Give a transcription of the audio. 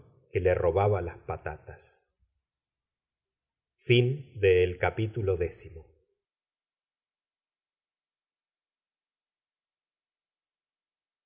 que le robaba las patatas